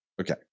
Okay